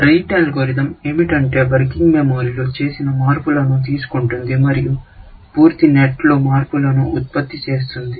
రీటే algorithm ఏమిటంటే working memory లో చేసిన మార్పులను తీసుకుంటుంది మరియు పూర్తి సెట్లో మార్పులను ఉత్పత్తి చేస్తుంది